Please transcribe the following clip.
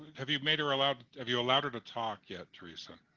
have you made her allowed have you allowed her to talk yet, theresa?